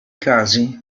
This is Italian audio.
casi